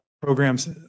Programs